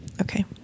Okay